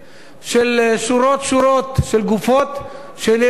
של שורות-שורות של גופות ילדים.